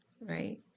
right